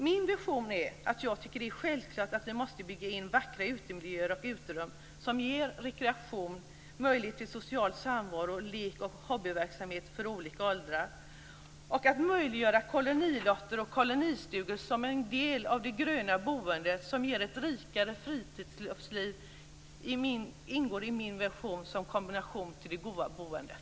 Min vision är att vi måste bygga in vackra utemiljöer och uterum som ger rekreation, möjlighet till social samvaro, lek och hobbyverksamhet för olika åldrar samt att möjliggöra kolonilotter och kolonistugor som en del av det gröna boendet som ger ett rikare friluftsliv. Detta ingår i min vision som kombination till det goda boendet.